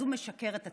אז הוא משקר את הציבור.